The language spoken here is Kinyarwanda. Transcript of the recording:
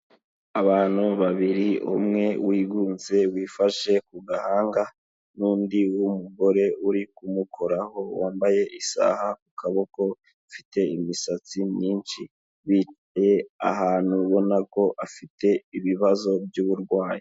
Abantu babiri umwe wigunze wifashe ku gahanga, n'undi mugore uri kumukoraho wambaye isaha ku kaboko afite imisatsi myinshi, ahantu ubona ko afite ibibazo by'uburwayi.